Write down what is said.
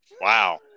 Wow